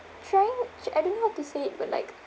trying I don't know how to say it but like